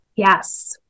Yes